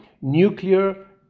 nuclear